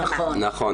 נכון.